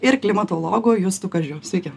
ir klimatologu justu kažiu sveiki